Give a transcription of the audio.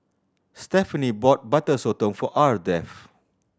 Stephenie bought Butter Sotong for Ardeth